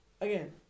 again